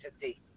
today